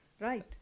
Right